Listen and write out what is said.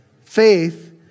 Faith